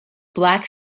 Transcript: black